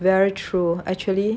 very true actually